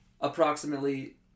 approximately